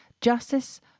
Justice